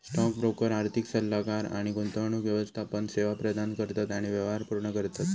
stock broker आर्थिक सल्लोगार आणि गुंतवणूक व्यवस्थापन सेवा प्रदान करतत आणि व्यवहार पूर्ण करतत